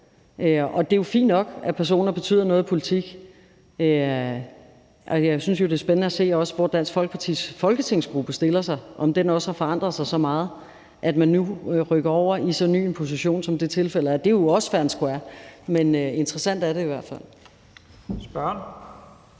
Og det er jo fint nok, at personer betyder noget i politik. Jeg synes også, det bliver spændende at se, hvordan Dansk Folkepartis folketingsgruppe stiller sig, om den også har forandret sig så meget, at man nu rykker over i en så ny position, som tilfældet er. Det er jo også fair and square. Men interessant er det i hvert fald. Kl.